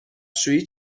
شویی